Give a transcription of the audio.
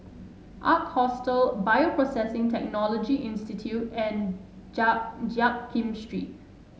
Ark Hostel Bioprocessing Technology Institute and Jiak Kim Street